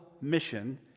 mission